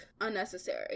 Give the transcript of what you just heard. unnecessary